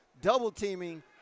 double-teaming